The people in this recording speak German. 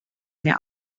mehr